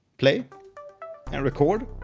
play and record